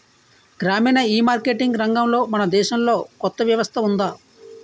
గ్రామీణ ఈమార్కెటింగ్ రంగంలో మన దేశంలో కొత్త వ్యవస్థ ఉందా?